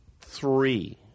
three